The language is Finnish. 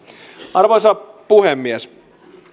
arvoisa puhemies